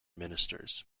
ministers